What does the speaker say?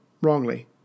wrongly